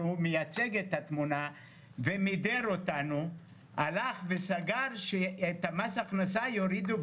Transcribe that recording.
שמייצג את התמונה ומידר אותנו סגר שיורידו את מס ההכנסה,